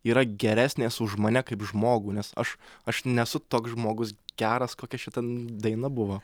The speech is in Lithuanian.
yra geresnės už mane kaip žmogų nes aš aš nesu toks žmogus geras kokia šita daina buvo